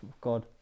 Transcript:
God